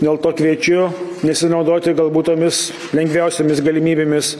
dėl to kviečiu nesinaudoti galbūt tomis lengviausiomis galimybėmis